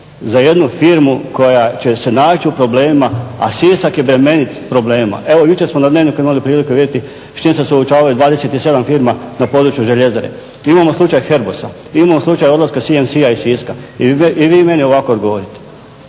za jednu firmu koja će se naći u problemima a Sisak je bremenit problema. Evo jučer smo na Dnevniku imali priliku vidjeti s čim se suočavaju 27 firma na području Željezare. Mi imamo slučaj HEPOSA, mi imamo slučaj odlaska CMC-a iz Siska i vi meni ovako odgovorite.